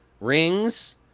Rings